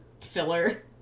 filler